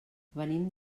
venim